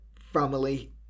family